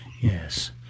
Yes